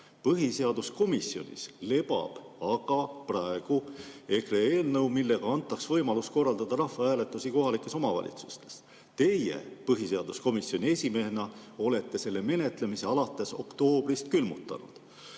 Põhiseaduskomisjonis lebab aga praegu EKRE eelnõu, millega antaks võimalus korraldada rahvahääletusi kohalikes omavalitsustes. Teie põhiseaduskomisjoni esimehena olete selle menetlemise alates oktoobrist külmutanud.